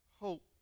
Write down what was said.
hope